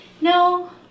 No